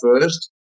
first